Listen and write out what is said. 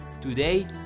today